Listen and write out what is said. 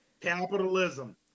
Capitalism